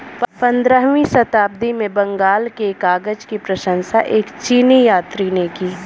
पंद्रहवीं शताब्दी में बंगाल के कागज की प्रशंसा एक चीनी यात्री ने की